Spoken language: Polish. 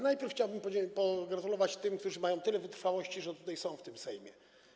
Najpierw chciałbym pogratulować tym, którzy mają tyle wytrwałości, że nadal są w tym Sejmie.